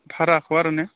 भाराखौ आरो ने